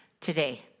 today